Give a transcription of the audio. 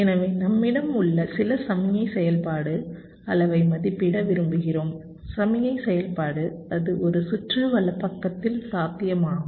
எனவே நம்மிடம் உள்ள சில சமிக்ஞை செயல்பாடு அளவை மதிப்பிட விரும்புகிறோம் சமிக்ஞை செயல்பாடு அது ஒரு சுற்று வலப்பக்கத்தில் சாத்தியமாகும்